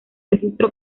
registro